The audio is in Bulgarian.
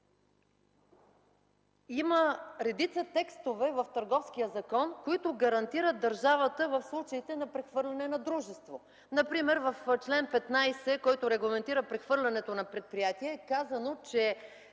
има редица текстове в Търговския закон, които гарантират държавата в случаите на прехвърляне на дружество, например в чл. 15, който регламентира прехвърлянето на предприятие, е казано, че